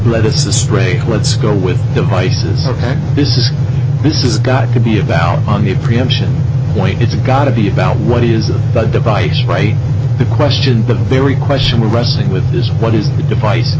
led us astray let's go with devices ok this is this is got to be about on the preemption point it's got to be about what is the device right the question but there were a question we're wrestling with this what is the device